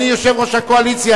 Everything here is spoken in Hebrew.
אדוני יושב-ראש הקואליציה,